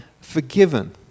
forgiven